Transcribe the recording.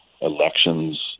elections